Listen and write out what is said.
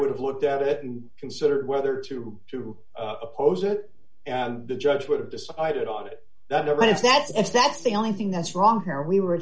would have looked at it and considered whether to to oppose it and the judge would have decided on it that evidence that if that's the only thing that's wrong here we were